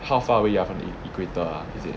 how far away you are from the e~ equator ah is it